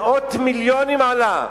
מאות מיליונים עלה.